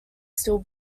still